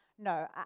No